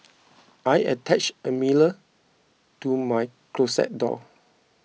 I attached a mirror to my closet door